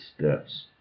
steps